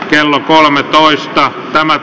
kello on annettava lausunto